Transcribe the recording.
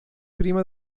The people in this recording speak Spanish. prima